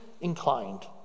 inclined